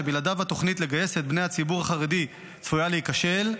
שבלעדיו התוכנית לגייס את בני הציבור החרדי צפויה להיכשל,